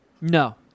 No